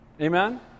Amen